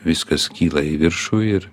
viskas kyla į viršų ir